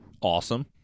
Awesome